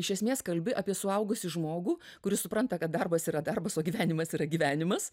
iš esmės kalbi apie suaugusį žmogų kuris supranta kad darbas yra darbas o gyvenimas yra gyvenimas